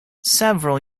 several